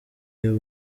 iyo